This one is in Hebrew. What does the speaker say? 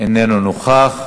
איננו נוכח.